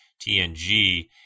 TNG